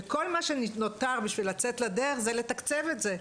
וכל מה שנותר בשביל לצאת לדרך זה לתקצב את זה.